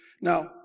Now